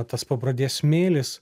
tas pabradės smėlis